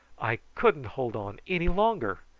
i couldn't hold on any longer.